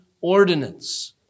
ordinance